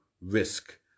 risk